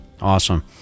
Awesome